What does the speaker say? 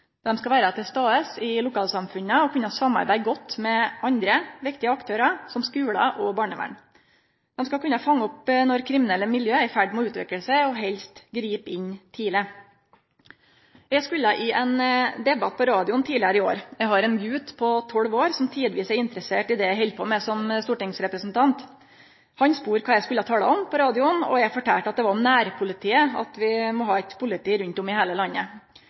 Dei skal kunne fange opp når kriminelle miljø er i ferd med å utvikle seg, og helst gripe inn tidleg. Eg skulle vere med i ein debatt på radioen tidlegare i år. Eg har ein gut på 12 år som tidvis er interessert i det eg held på med som stortingsrepresentant. Han spurde kva eg skulle tale om på radioen, og eg fortalde at det var om nærpolitiet, at vi må ha eit politi rundt om i heile landet.